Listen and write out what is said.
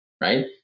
right